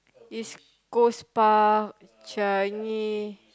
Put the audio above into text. East-Coast-Park Changi